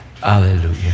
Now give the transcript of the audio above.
Hallelujah